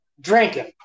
drinking